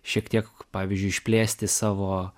šiek tiek pavyzdžiui išplėsti savo